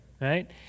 right